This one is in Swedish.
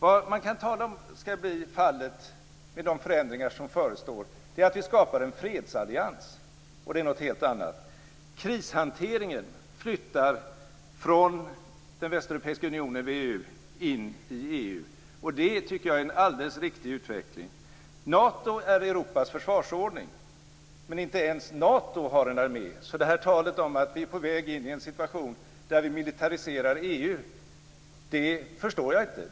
Vad man kan tala om skall bli fallet med de förändringar som förestår är att vi skapar en fredsallians. Det är någonting helt annat. Krishanteringen flyttar från Västeuropeiska unionen in i EU. Det tycker jag är en alldeles riktig utveckling. Nato är Europas försvarsordning, men inte ens Nato har en armé. Så talet om att vi är på väg in i en situation där vi militariserar EU förstår jag inte.